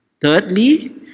Thirdly